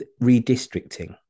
redistricting